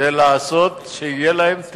לדאוג שיהיה להם תיעוד.